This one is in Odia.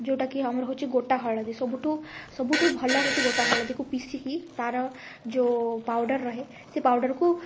ଯେଉଁଟା କି ଆମର ହେଉଛି ଗୋଟା ହଳଦୀ ସବୁଠୁ ସବୁଠୁ ଭଲ ହଉଚି ଗୋଟା ହଳଦୀକୁ ପିଷିକି ତା'ର ଯୋ ପାଉଡ଼ର୍ ରହେ ସେ ପାଉଡ଼ର୍କୁ